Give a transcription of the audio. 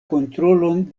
kontrolon